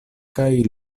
kaj